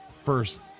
first